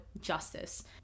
justice